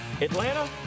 Atlanta